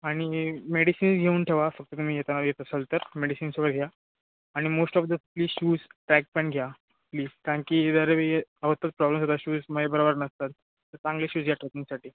आणि मेडिसिन्स घेऊन ठेवा फक्त तुम्ही येताना येत असाल तर मेडिसिन्स वगैरे घ्या आणि most of the please shoes track pant घ्या प्लीज कारण की दरवे अवस्थाच प्रॉब्लेम होता शूज मग बरोबर नसतात तर चांगले शूज या ट्रॅकिंगसाठी